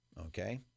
okay